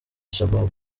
shabab